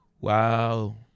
wow